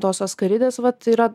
tos askaridės vat yra